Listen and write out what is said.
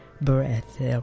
breath